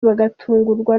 bagatungurwa